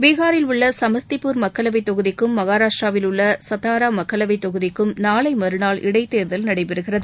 பீகாரில் உள்ள சமஸ்திபூர் மக்களவை தொகுதிக்கும் மஹாராஷ்டிராவில் உள்ள சட்டாரா மக்களவை தொகுதிக்கும் நாளை மறுநாள் இடைத்தோதல் நடைபெறுகிறது